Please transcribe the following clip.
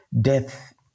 Death